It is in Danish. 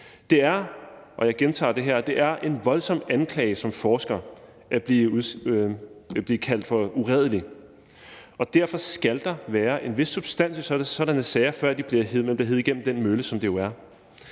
gentager jeg her – som forsker at blive kaldt for uredelig, og derfor skal der være en vis substans i sådanne sager, før man bliver hevet igennem den mølle, som det jo er.